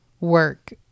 work